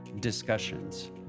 discussions